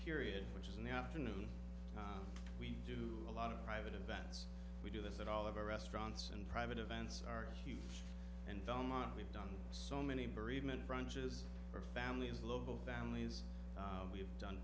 period which is in the afternoon we do a lot of private events we do this at all of our restaurants and private events are huge and belmont we've done so many bereavement branches for families local families we've done